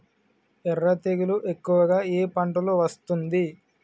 ఎర్ర తెగులు ఎక్కువగా ఏ పంటలో వస్తుంది?